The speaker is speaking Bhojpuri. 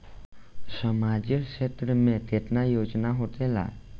सामाजिक क्षेत्र में केतना योजना होखेला?